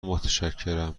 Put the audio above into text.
متشکرم